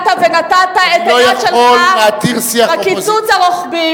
גם לא הסכמנו כאשר אתה הצבעת ונתת את היד שלך לקיצוץ הרוחבי,